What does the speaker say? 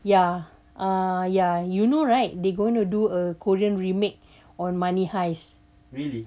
ya ah ya you know right they going to do a korean remake on money heist